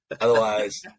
Otherwise